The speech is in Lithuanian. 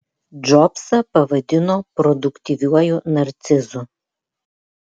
džobsą pavadino produktyviuoju narcizu